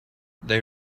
they